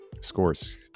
scores